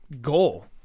goal